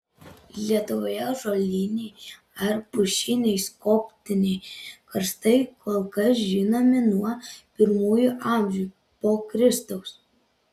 lietuvoje ąžuoliniai ar pušiniai skobtiniai karstai kol kas žinomi nuo pirmųjų amžių po kristaus